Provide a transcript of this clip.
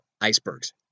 icebergs